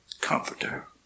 comforter